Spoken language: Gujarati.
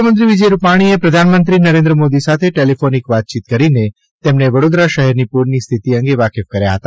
મુખ્યમંત્રીશ્રી વિજય રુપાણીએ પ્રધાનમંત્રીશ્રી નરેન્દ્ર મોદી સાથે ટેલિફોનિક વાતચીત કરીને તેમને વડોદરા શહેરની પ્રરની સ્થિતિ અંગે વાકેફ કર્યા હતા